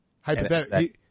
hypothetically